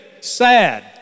sad